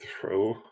throw